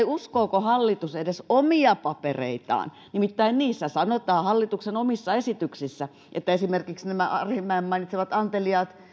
uskooko hallitus edes omia papereitaan nimittäin hallituksen omissa esityksissä sanotaan että esimerkiksi nämä arhinmäen mainitsemat anteliaat